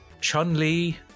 Chun-Li